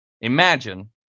imagine